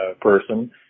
person